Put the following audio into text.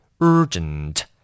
Urgent